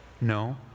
No